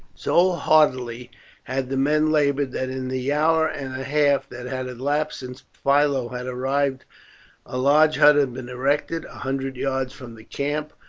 so heartily had the men laboured that in the hour and a half that had elapsed since philo had arrived a large hut had been erected a hundred yards from the camp,